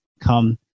come